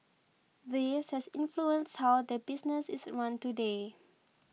this has influenced how the business is run today